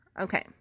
okay